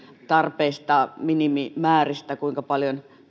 tarpeesta minimimääristä kuinka paljon